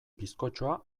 bizkotxoa